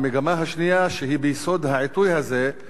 המגמה השנייה שביסוד העיתוי הזה: